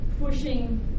pushing